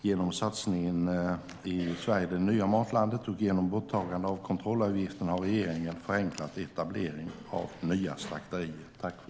Genom satsningen Sverige - det nya matlandet och genom borttagande av kontrollavgiften har regeringen förenklat etablering av nya slakterier.